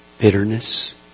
bitterness